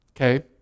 Okay